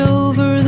over